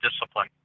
discipline